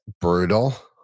Brutal